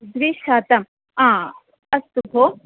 द्विशतम् आ अस्तु भो